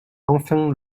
enfin